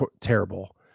terrible